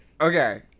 okay